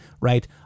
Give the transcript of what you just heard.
right